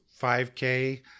5k